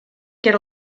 get